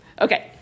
Okay